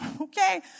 okay